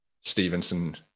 Stevenson